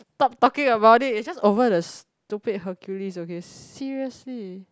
stop talking about it it's just over the stupid Hercules okay seriously